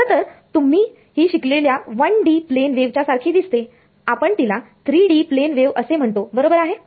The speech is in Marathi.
खरतर ही तुम्ही शिकलेल्या 1D प्लेन वेव च्या सारखी दिसते आपण तिला 3D प्लेन वेव असे म्हणतो बरोबर आहे